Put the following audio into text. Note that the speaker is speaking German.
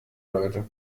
leute